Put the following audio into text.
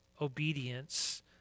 obedience